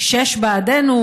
שש בעדנו,